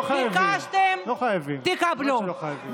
לא חייבים.